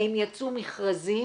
האם יצאו מכרזים,